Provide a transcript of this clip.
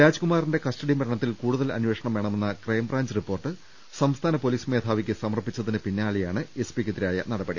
രാജ്കുമാറിന്റെ custody മരണത്തിൽ കൂടുതൽ അന്വേഷണം വേ ണമെന്ന ക്രൈംബ്രാഞ്ച് റിപ്പോർട്ട് സംസ്ഥാന പൊലീസ് മേധാവിക്ക് സമർ പ്പിച്ചതിന് പിന്നാലെയാണ് എസ്പിക്കെതിരായ നടപടി